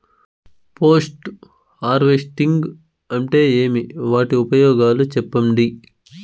Post harvesting అంటే ఏమి? వాటి ఉపయోగాలు చెప్పండి?